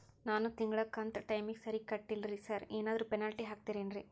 ನಾನು ತಿಂಗ್ಳ ಕಂತ್ ಟೈಮಿಗ್ ಸರಿಗೆ ಕಟ್ಟಿಲ್ರಿ ಸಾರ್ ಏನಾದ್ರು ಪೆನಾಲ್ಟಿ ಹಾಕ್ತಿರೆನ್ರಿ?